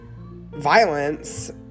violence